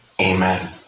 Amen